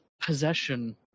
possession